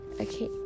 Okay